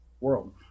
world